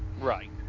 Right